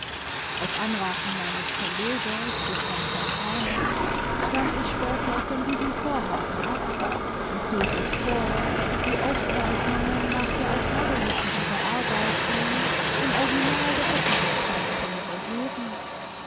auf anraten meines verlegers des herrn fontane stand ich später von diesem vorhaben ab und zog es vor die aufzeichnungen nach der erforderlichen überarbeitung im original der öffentlichkeit zu übergeben